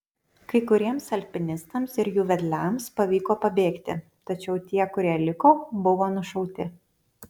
kai kuriems alpinistams ir jų vedliams pavyko pabėgti tačiau tie kurie liko buvo nušauti